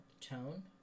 tone